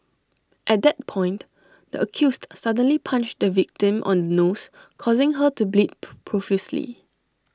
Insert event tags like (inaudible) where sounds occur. at that point the accused suddenly punched the victim on the nose causing her to bleed (noise) profusely